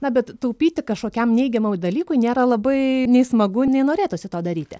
na bet taupyti kažkokiam neigiamam dalykui nėra labai nei smagu nei norėtųsi to daryti